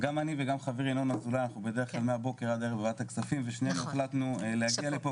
אנחנו בדרך כלל מהבוקר עד הערב רק בכספים ושנינו החלטנו להגיע לפה